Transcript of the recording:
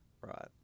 Right